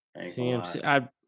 CMC